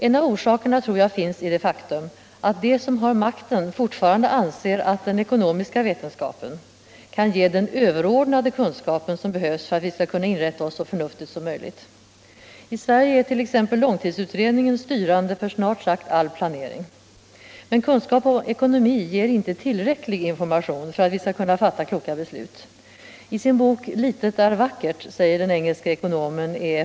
En av orsakerna härtill tror jag ligger i det faktum att de som har makten fortfarande anser att den ekonomiska vetenskapen kan ge den överordnade kunskap som behövs för att vi skall kunna inrätta oss så förnuftigt som möjligt. I Sverige är t.ex. LU styrande för snart sagt all planering. Men kunskap om ekonomi ger inte tillräcklig information för att vi skall kunna fatta kloka beslut. I sin bok ”Livet är vackert” säger den engelske ekonomen E.